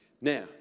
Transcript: Now